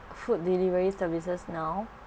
food delivery services now